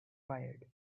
fired